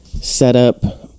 setup